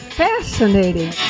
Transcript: fascinating